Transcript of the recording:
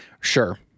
sure